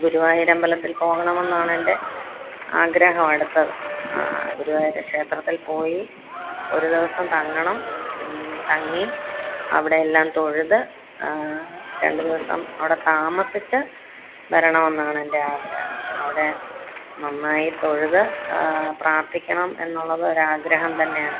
ഗുരുവായൂരമ്പലത്തില് പോകണമെന്നാണ് എന്റെ ആഗ്രഹം അടുത്തത് ഗുരുവായൂർ ക്ഷേത്രത്തില് പോയി ഒരു ദിവസം തങ്ങണം തങ്ങി അവിടെ എല്ലാം തൊഴുത് രണ്ട് ദിവസം അവിടെ താമസിച്ച് വരണമെന്നാണെന്റെ ആഗ്രഹം അവിടെ നന്നായി തൊഴുത് പ്രാര്ത്ഥിക്കണം എന്നുള്ളത് ഒരാഗ്രഹം തന്നെയാണ്